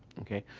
okay.